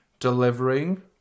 Delivering